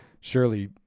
surely